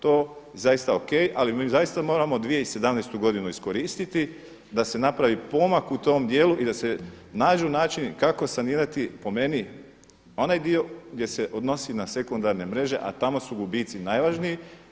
To je zaista ok ali mi zaista moramo 2017. godinu iskoristiti da se napravi pomak u tom djelu i da se nađu način kako sanirati po meni onaj dio gdje se odnosi na sekundarne mreže a tamo su gubici najvažniji.